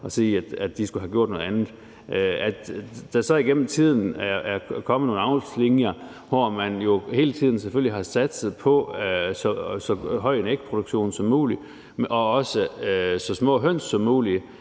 og sige, at de skulle have gjort noget andet. Det, at der så gennem tiden er kommet nogle avlslinjer, hvor man selvfølgelig hele tiden har satset på så høj en ægproduktion som muligt og også så små høns som muligt,